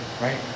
right